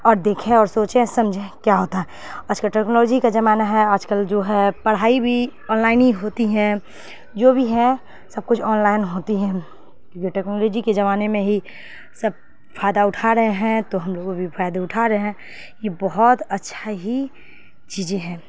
اور دیکھیں اور سوچیں سمجھیں کیا ہوتا ہے آج کل ٹیکنالوجی کا زمانہ ہے آج کل جو ہے پڑھائی بھی آن لائن ہی ہوتی ہیں جو بھی ہیں سب کچھ آن لائن ہوتی ہیں کیونکہ ٹیکنالوجی کے زمانے میں ہی سب فائدہ اٹھا رہے ہیں تو ہم لوگوں بھی فائدے اٹھا رہے ہیں یہ بہت اچھا ہی چیزیں ہیں